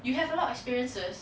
you have a lot of experiences